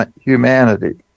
humanity